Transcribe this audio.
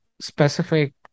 specific